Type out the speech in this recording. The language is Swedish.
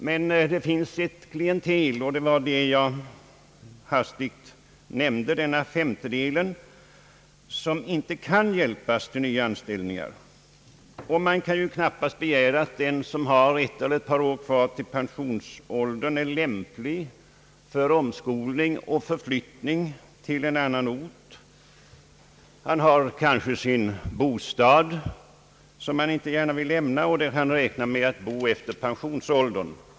Men det finns ett klientel — den nämnda femtedelen — som inte kan ges tillfälle till ny anställning. Man kan ju knappast begära att den som har ett eller ett par år kvar till pensionsåldern skall vara lämplig för omskolning och förflyttning till en annan ort. Han har kanske en bostad som han inte gärna vill lämna och där han räknar med att bo efter inträdd pensionsålder.